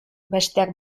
bestek